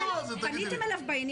סדר היום: קביעת ועדות לדיון בהצעות חוק,